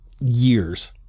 years